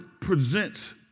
presents